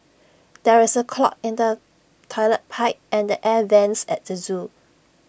there is the clog in the Toilet Pipe and the air Vents at the Zoo